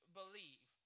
believe